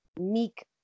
meek